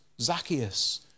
Zacchaeus